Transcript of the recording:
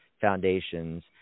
foundations